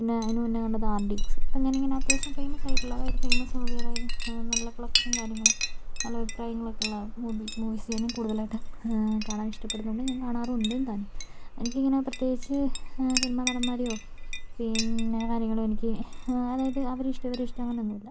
പിന്നെ അതിനു മുന്നേ കണ്ടത് ആർ ഡി എക്സ് ഇപ്പോൾ ഞാൻ ഇങ്ങനെ അത്യാവിശ്യം ഫേമസ് ആയിട്ടുള്ള അതായത് ഫേമസ് മൂവി അതായത് നല്ല കളക്ഷൻ കാര്യങ്ങളൊക്കെ നല്ല അഭിപ്രായങ്ങൾ ഒക്കെയുള്ള മൂവിസ് മൂവീസ് ഞാൻ കൂടുതലായിട്ട് കാണാൻ ഇഷ്ടപ്പെടുന്നുണ്ട് ഞാൻ കാണാറുണ്ട് താനും എനിക്കിങ്ങനെ പ്രത്യേകിച്ച് സിനിമ നടൻമാരെയോ പിന്നെ കാര്യങ്ങൾ എനിക്ക് അതായത് അവരെ ഇഷ്ടം ഇവരെ ഇഷ്ടം അങ്ങനെയൊന്നുമില്ല